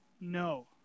No